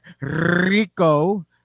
Rico